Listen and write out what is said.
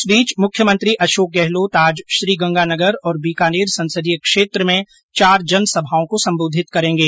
इस बीच मुख्यमंत्री अशोक गहलोत आज श्रीगंगानगर और बीकानेर संसदीय क्षेत्र में चार जनसभाओं को संबोधित करेंगे